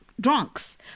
drunks